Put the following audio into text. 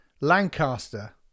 Lancaster